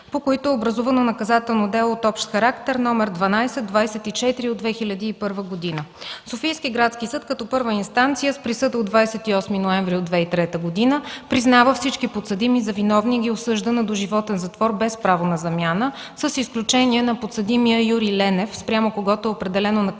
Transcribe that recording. по който е образувано наказателно дело от общ характер № 1224 от 2001 г. Софийски градски съд като първа инстанция с присъда от 28 ноември 2003 г. признава всички подсъдими за виновни и ги осъжда на доживотен затвор без право на замяна, с изключение на подсъдимия Юрий Ленев, спрямо когото е определено наказание